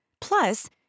Plus